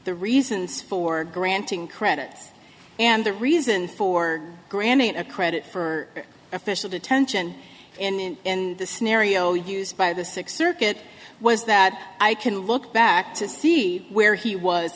the reasons for granting credit and the reason for granting a credit for official detention in the scenario used by the sixth circuit was that i can look back to see where he was